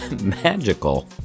magical